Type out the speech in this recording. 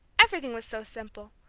everything was so simple.